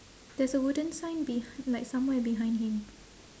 there's a wooden sign beh~ like somewhere behind him